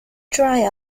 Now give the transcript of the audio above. dry